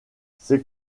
c’est